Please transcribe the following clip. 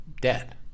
dead